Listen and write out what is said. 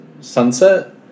Sunset